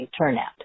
turnout